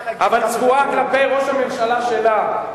אבל צבועה כלפי ראש הממשלה שלה.